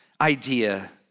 idea